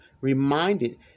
reminded